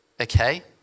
okay